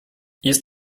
jest